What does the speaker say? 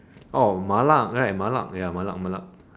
oh Malak right Malak ya Malak Malak